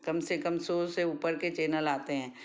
कम से कम सौ से ऊपर के चैनल आते हैं